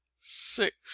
six